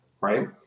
right